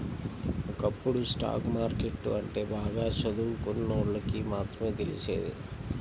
ఒకప్పుడు stock market అంటే బాగా చదువుకున్నోళ్ళకి మాత్రమే తెలిసేది